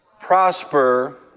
prosper